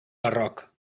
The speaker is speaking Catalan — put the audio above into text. barroc